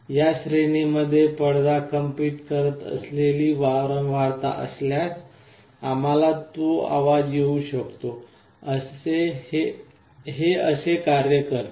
या श्रेणीमध्ये पडदा कंपित करत असलेली वारंवारता असल्यास आम्हाला तो आवाज ऐकू येईल हे असे कार्य करते